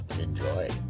enjoy